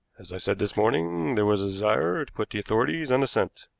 as i said this morning, there was a desire to put the authorities on the scent.